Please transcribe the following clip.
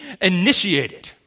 initiated